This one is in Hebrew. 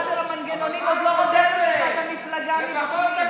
המכונה של המנגנונים עוד לא רודפת לך את המפלגה מבפנים.